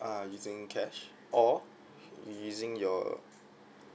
uh using cash or you using your